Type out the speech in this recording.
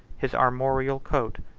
his armorial coat,